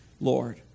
Lord